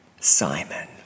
Simon